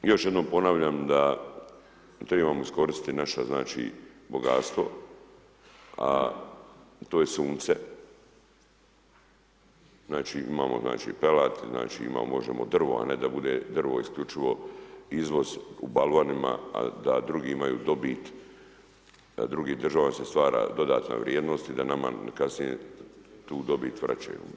Još jednom ponavljam da treba iskoristiti naše znači, bogatstvo, a to je sunce, znači imamo, znači pelat, znači možemo drvo, a ne da bude drvo isključivo izvoz u balvanima, a da drugi imaju dobit, drugim državama se stvara dodatna vrijednost i da nama kasnije tu dobit vraćaju.